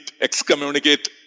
excommunicate